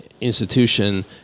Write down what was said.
institution